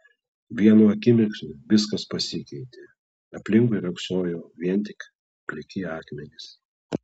vienu akimirksniu viskas pasikeitė aplinkui riogsojo vien tik pliki akmenys